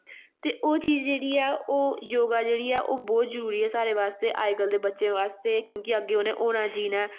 ते ओह् चीज जेह्ड़ी ऐ ओह् योगा जेह्ड़ी ऐ ओह् बौह्त जरुरी ऐ साढ़े आस्ते अजकल्ल दे बच्चें बास्तै क्योंकि अग्गें उ'ने होना जीना ऐ